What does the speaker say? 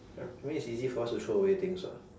I mean it's easy for us to throw away things [what]